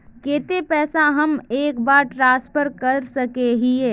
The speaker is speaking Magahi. केते पैसा हम एक बार ट्रांसफर कर सके हीये?